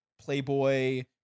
playboy